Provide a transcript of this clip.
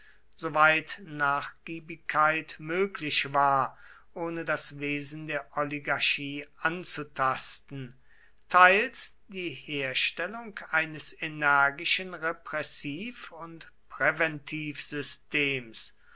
soweit nachgiebigkeit möglich war ohne das wesen der oligarchie anzutasten teils die herstellung eines energischen repressiv und